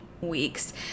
weeks